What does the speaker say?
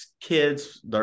kids